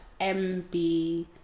MB